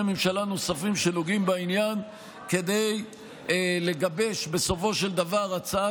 ממשלה נוספים שנוגעים בעניין כדי לגבש בסופו של דבר הצעה